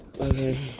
Okay